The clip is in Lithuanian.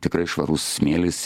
tikrai švarus smėlis